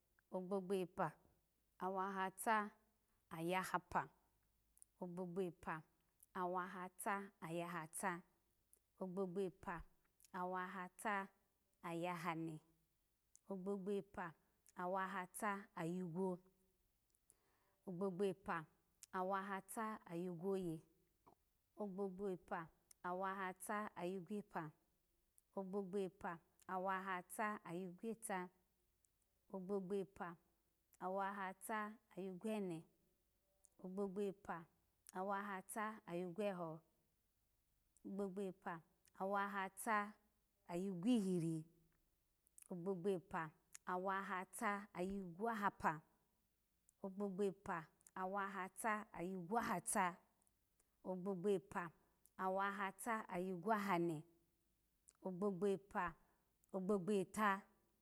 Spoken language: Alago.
Ogbogbo epa awahata ayahapa, ogbogbo epa awahata ayahata, ogbogbo epa awahata ayahane, ogbogbo epa awahata ayi gwo, ogbogbo epa awahata ayigweye, ogbogbo epa awahata ayigwo pa, ogbogbo epa awahata ayigweta, ogbogbo epa awahata ayigwone, ogbogbo epa awahata ayigwoho, ogbogbo epa awahata ayigwehiri, ogbogbo epa awahata ayigwohapa, ogbogbo epa awahata ayigwohata, ogbogbo epa awahata ayi gwohane, ogbogbo epa, ogbogbo eta